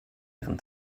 ihren